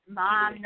mom